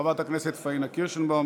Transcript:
חברת הכנסת פאינה קירשנבאום,